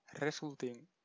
resulting